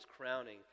crowning